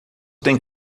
têm